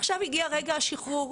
עכשיו הגיע רגע השחרור.